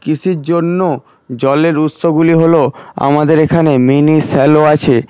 কৃষির জন্য জলের উৎসগুলি হলো আমাদের এখানে মিনি শ্যালো আছে